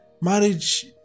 Marriage